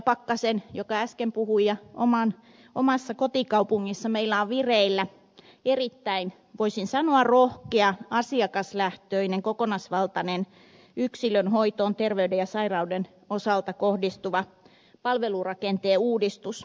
pakkasen joka äsken puhui ja omassa kotikaupungissani meillä on vireillä erittäin voisin sanoa rohkea asiakaslähtöinen kokonaisvaltainen yksilön hoitoon terveyden ja sairauden osalta kohdistuva palvelurakenteen uudistus